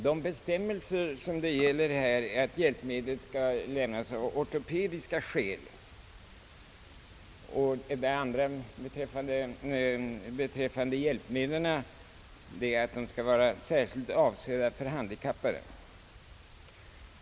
De bestämmelser jag åsyftar går ut på att hjälpmedlet i fråga skall lämnas av ortopediska skäl och att det skall vara särskilt avsett för handikappade.